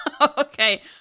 Okay